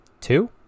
Two